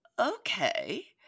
okay